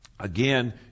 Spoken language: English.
Again